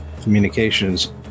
communications